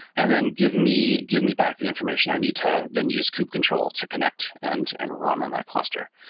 and then give me give me back the information i need to then use kub control to connect and and run on that cluster.